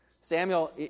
Samuel